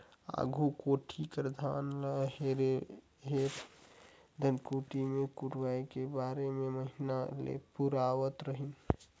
आघु कोठी कर धान ल हेर हेर के धनकुट्टी मे कुटवाए के बारो महिना ले पुरावत रहिन